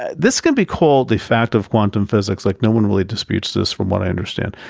ah this could be called a fact of quantum physics, like, no one really disputes this from what i understand.